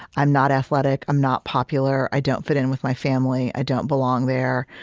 i'm not athletic. i'm not popular. i don't fit in with my family. i don't belong there.